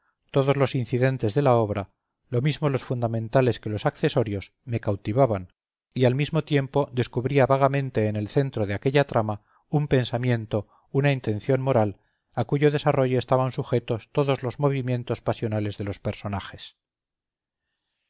todos los incidentes de la obra lo mismo los fundamentales que los accesorios me cautivaban y al mismo tiempo descubría vagamente en el centro de aquella trama un pensamiento una intención moral a cuyo desarrollo estaban sujetos todos los movimientos pasionales de los personajes